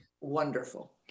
wonderful